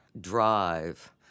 Drive